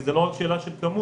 כי זו לא רק שאלה של כמות,